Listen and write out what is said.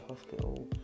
hospital